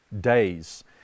days